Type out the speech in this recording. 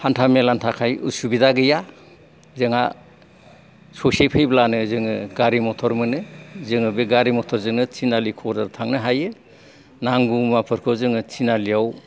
हान्था मेलानि थाखाय उसुबिदा गैया जोंहा ससे फैब्लानो जोङो गारि मटर मोनो जोङो बे गारि मटरजोंनो तिनालि कक्राझार थांनो हायो नांगौ मुवाखौ जोङो तिनालियाव